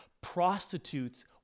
prostitutes